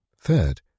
Third